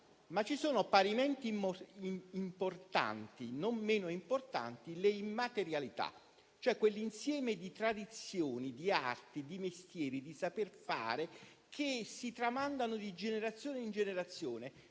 ma ci sono anche, parimenti importanti, non meno importanti, le immaterialità, cioè quell'insieme di tradizioni, di arti, di mestieri e di saper fare che si tramanda di generazione in generazione